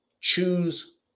Choose